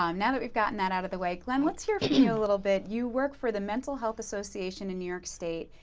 um now that we've gotten that out of the way, glenn, what is your feeling a little bit? you work for the mental health association in new york state.